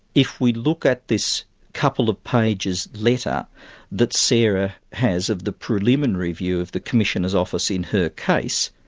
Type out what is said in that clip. if we look at this couple of pages letter that sara has of the preliminary view of the commissioner's office in her case,